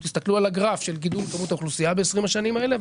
אם תסתכלו על הגרף של גידול כמות האוכלוסייה ב-20 השנים האלה,